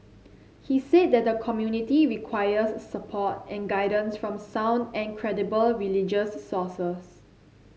he said that the community requires support and guidance from sound and credible religious sources